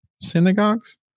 synagogues